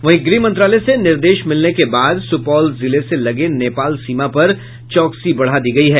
वहीं गृह मंत्रालय से निर्देश मिलने के बाद सुपौल जिले से लगे नेपाल सीमा पर चौकसी बढ़ा दी गयी है